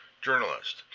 journalist